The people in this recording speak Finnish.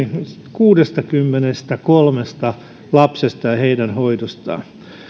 kuudestakymmenestäkolmesta lapsesta ja heidän hoidostaan